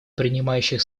принимающих